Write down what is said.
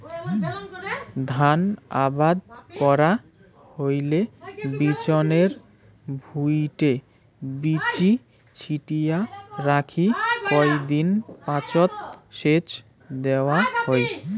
ধান আবাদ করা হইলে বিচনের ভুঁইটে বীচি ছিটিয়া রাখি কয় দিন পাচত সেচ দ্যাওয়া হয়